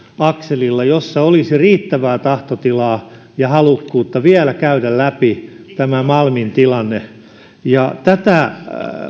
akselilla jossa olisi riittävää tahtotilaa ja halukkuutta vielä käydä läpi tämä malmin tilanne tätä